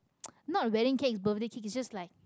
not wedding cake birthday cake it's just like